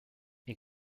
est